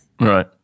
Right